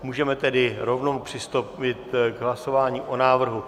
Můžeme tedy rovnou přistoupit k hlasování o návrhu.